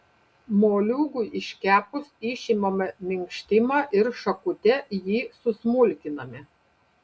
moliūgui iškepus išimame minkštimą ir šakute jį susmulkiname